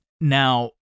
Now